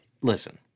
listen